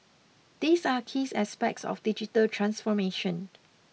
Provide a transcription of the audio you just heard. these are keys aspects of digital transformation